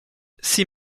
six